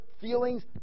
feelings